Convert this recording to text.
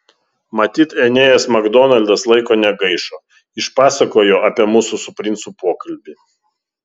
matyt enėjas makdonaldas laiko negaišo išpasakojo apie mūsų su princu pokalbį